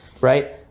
right